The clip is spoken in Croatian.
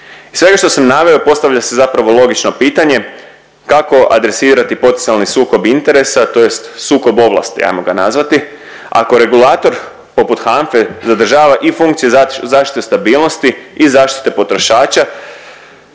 Iz svega što sam naveo, postavlja se zapravo logično pitanje, kako adresirati potencijalni sukob interesa, tj. sukob ovlasti, ajmo ga navesti, ako regulator poput HANFA-e zadržava i funkciju zaštite stabilnosti i zaštite potrošača?